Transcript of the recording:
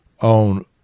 on